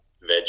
veg